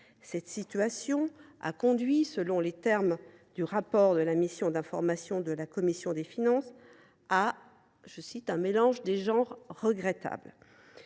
cette situation a conduit, selon les termes du rapport de la mission d’information de la commission des finances, à un « mélange des genres regrettable ».